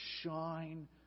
shine